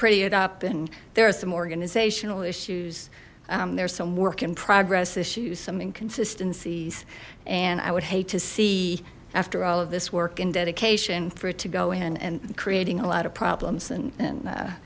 pretty it up and there are some organizational issues there's some work in progress issues some inconsistencies and i would hate to see after all of this work in dedication for it to go in and creating a lot of problems and